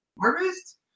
harvest